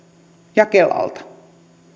ja kelalta